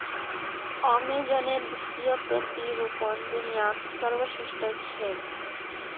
अमेज़नेर वित्तीय प्रतिरूपण दुनियात सर्वश्रेष्ठ छेक